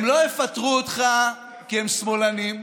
הם לא יפטרו אותך כי הם שמאלנים,